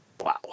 Wow